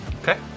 Okay